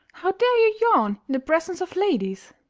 how dare you yawn in the presence of ladies?